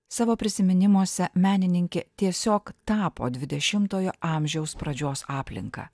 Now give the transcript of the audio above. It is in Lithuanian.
savo prisiminimuose menininkė tiesiog tapo dvidešimojo amžiaus pradžios aplinka